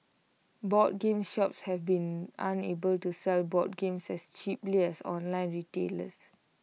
board game shops have been unable to sell board games as cheaply as online retailers